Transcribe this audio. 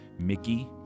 Mickey